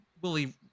Willie